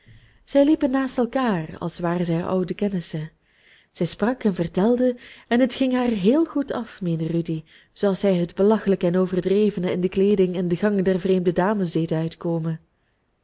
zij liepen naast elkaar als waren zij oude kennissen zij sprak en vertelde en het ging haar heel goed af meende rudy zooals zij het belachelijke en overdrevene in de kleeding en den gang der vreemde dames deed uitkomen